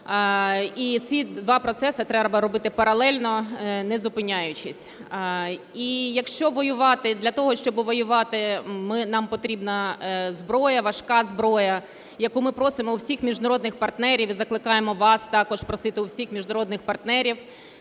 І ці два процеси треба робити паралельно, не зупиняючись. І якщо для того, щоб воювати нам потрібна зброя, важка зброя, яку ми просимо у всіх міжнародних партнерів і закликаємо вас також просити у всіх міжнародних партнерів.